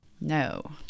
No